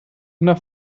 nach